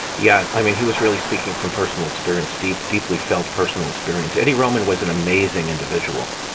yeah. i mean, he was really speaking from personal experience, deep, deeply felt personal experience. eddie roman was an amazing individual,